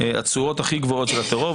התשואות הגבוהות של הטרור.